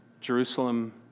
Jerusalem